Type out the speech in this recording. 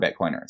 Bitcoiners